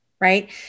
right